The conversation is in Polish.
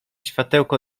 światełko